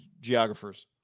geographers